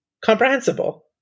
comprehensible